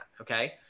Okay